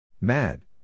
Mad